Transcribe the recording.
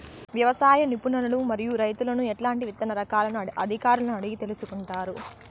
వ్యవసాయ నిపుణులను మరియు రైతులను ఎట్లాంటి విత్తన రకాలను అధికారులను అడిగి తెలుసుకొంటారు?